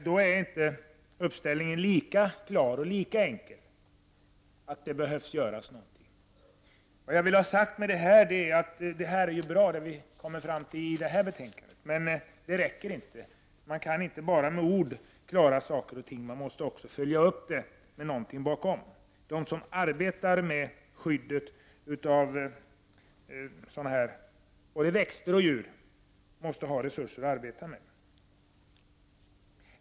Då är inte uppställningen lika klar och enkel, att det behöver göras någonting. Vad jag vill ha sagt med detta är att det vi har kommit fram till i detta betänkande är bra, men det räcker inte. Man kan inte bara med ord klara saker och ting. Man måste följa upp det med resurser. De som arbetar med skyddet av växter och djur måste få resurser för sitt arbete.